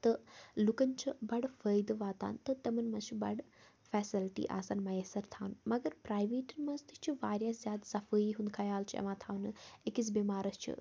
تہٕ لوٗکَن چھِ بَڑٕ فٲیدٕ واتان تہٕ تِمَن منٛز چھِ بَڑٕ فیسَلٹی آسان میسر تھاونہٕ مگر پرٛایویٹَن منٛز تہِ چھِ واریاہ زیادٕ صفٲیی ہُنٛد خیال چھُ یِوان تھاونہٕ أکِس بیٚمارَس چھِ